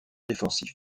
défensifs